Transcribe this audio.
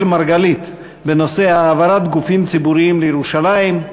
מרגלית בנושא: העברת גופים ציבוריים לירושלים.